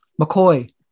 McCoy